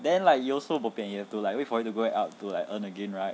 then like you also bo pian you have to like wait for it to go back up to like earn again right